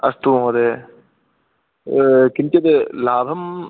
अस्तु महोदयः किञ्चित् लाभं